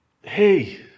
hey